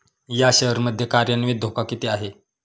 या शेअर मध्ये कार्यान्वित धोका किती आहे?